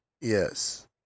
yes